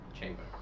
chamber